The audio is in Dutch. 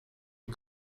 een